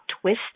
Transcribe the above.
twisted